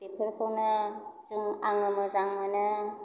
बेफोरखौनो जों आङो मोजां मोनो